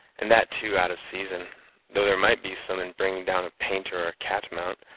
and that too out of season though there might be some in bringing down a painter or a catamount,